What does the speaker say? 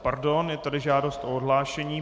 Pardon, je tady žádost o odhlášení.